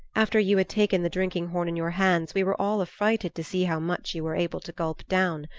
after you had taken the drinking horn in your hands we were all affrighted to see how much you were able to gulp down.